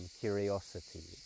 curiosity